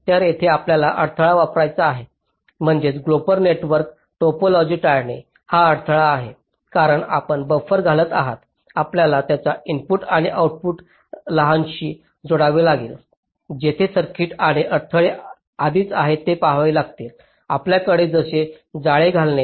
तर येथे आपल्याला अडथळा वापरायचा आहे म्हणजे ग्लोबल नेटवर्क टोपोलॉजी टाळणे हा अडथळा आहे कारण आपण बफर घालत आहात आपल्याला त्यांना इनपुट आणि आउटपुट लाइनशी जोडावे लागेल तेथे सर्किट आणि अडथळे आधीच आहेत हे पहावे लागेल आपल्याकडे असे जाळे घालणे